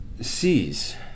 sees